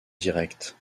direct